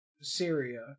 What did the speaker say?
Syria